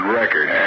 record